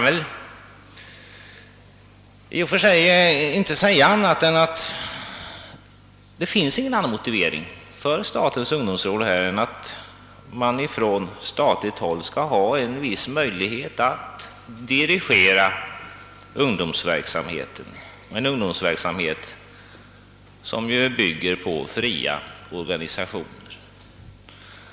Det finns egentligen ingen annan motivering för statens ungdomsråd än att man från statligt håll skall ha en viss möjlighet att dirigera den ungdomsverksamhet som bygger på fria organisationer.